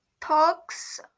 talks